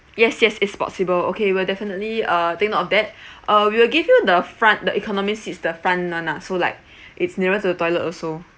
yes yes it's possible okay we'll definitely uh take note of that uh we will give you the front the economic seats the front one lah so like it's nearer to the toilet also